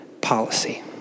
policy